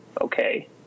okay